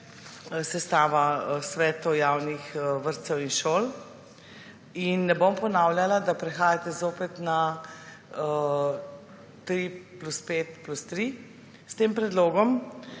sestava svetov javnih vrtcev in šol. In ne bom ponavljala, da prehajate zopet na 3+5+3 s tem predlogom,